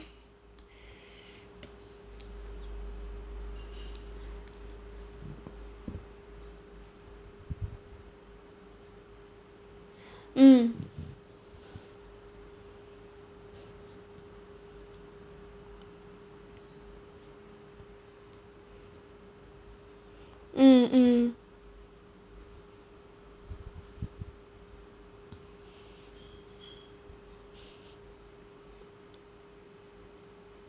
mm mm mm